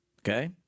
Okay